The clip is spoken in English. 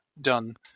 done